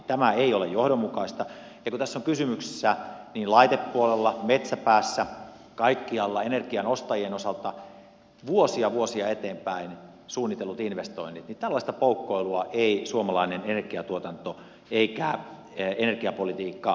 tämä ei ole johdonmukaista ja kun tässä on kysymyksessä laitepuolella metsäpäässä energian ostajien osalta kaikkialla vuosia vuosia eteenpäin suunnitellut investoinnit niin tällaista poukkoilua ei suomalainen energiantuotanto eikä energiapolitiikka kestä